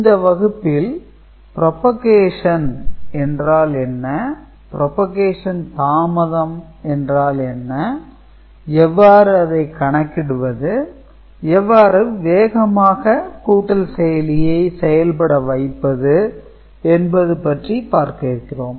இந்த வகுப்பில் புரபோகேசன் என்றால் என்ன புரபோகேசன் தாமதம் என்றால் என்ன எவ்வாறு அதை கணக்கிடுவது எவ்வாறு வேகமாக கூட்டல் செயலியை செயல்பட வைப்பது என்பது பற்றி பார்க்க இருக்கிறோம்